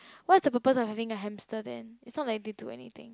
what is a purpose of having hamster then is not like they do anything